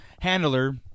Handler